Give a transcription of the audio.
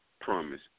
Promise